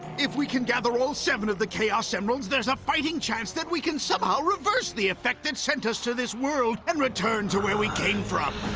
if we can gather all seven of the chaos emeralds, there's a fighting chance we can somehow reverse the effect that sent us to this world and return to where we came from.